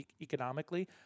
economically